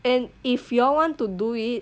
and if you all want to do it